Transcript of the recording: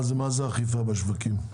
מה זה האכיפה בשווקים?